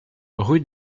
rue